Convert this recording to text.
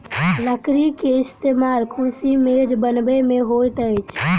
लकड़ी के इस्तेमाल कुर्सी मेज बनबै में होइत अछि